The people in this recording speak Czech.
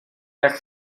jak